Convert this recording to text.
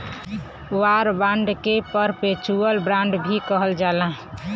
war bond के perpetual bond भी कहल जाला